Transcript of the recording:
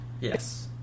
yes